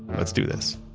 let's do this